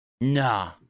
nah